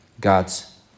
God's